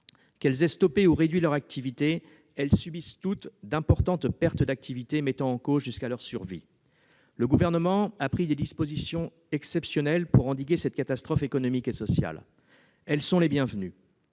Qu'elles aient arrêté ou réduit leur activité, celles-ci subissent toutes d'importantes pertes d'exploitation, mettant en question leur survie même. Le Gouvernement a pris des dispositions exceptionnelles pour endiguer cette catastrophe économique et sociale ; elles sont les bienvenues.